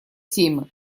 темы